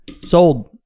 Sold